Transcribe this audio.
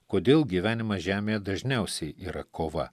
kodėl gyvenimas žemėje dažniausiai yra kova